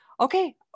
okay